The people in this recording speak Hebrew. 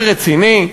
זה רציני?